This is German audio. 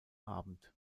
abend